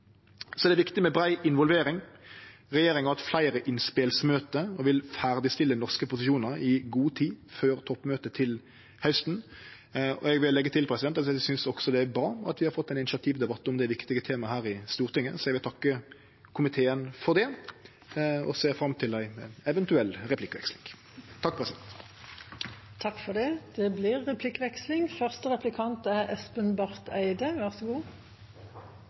Det er viktig med brei involvering. Regjeringa har hatt fleire innspelsmøte og vil ferdigstille norske posisjonar i god tid før toppmøtet til hausten. Eg vil leggje til at eg synest det er bra at vi har fått ein initiativdebatt om dette viktige temaet i Stortinget, så eg vil takke komiteen for det og ser fram til ei eventuell replikkveksling. Det blir replikkordskifte. Jeg vil begynne med å anerkjenne et godt innlegg fra statsråden. Jeg er